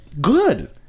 good